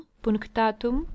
punctatum